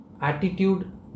attitude